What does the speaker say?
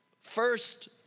first